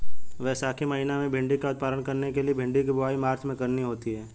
वैशाख महीना में भिण्डी का उत्पादन करने के लिए भिंडी की बुवाई मार्च में करनी होती है